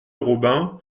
robin